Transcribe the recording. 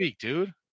dude